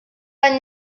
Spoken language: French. pas